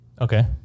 Okay